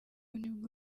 nibwo